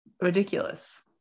ridiculous